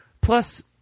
plus